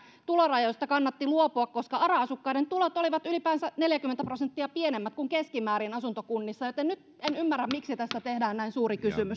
tulorajoista kannatti luopua koska ara asukkaiden tulot olivat ylipäänsä neljäkymmentä prosenttia pienemmät kuin keskimäärin asuntokunnissa eli nyt en ymmärrä miksi tästä tehdään näin suuri kysymys